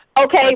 Okay